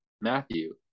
Matthew